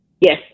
Yes